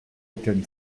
obtain